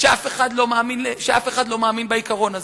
שאף אחד לא מאמין בעיקרון הזה.